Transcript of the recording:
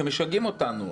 שמשגעים אותנו.